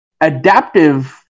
Adaptive